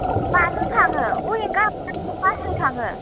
माजों थाङो विंगार ना बासजों थांङो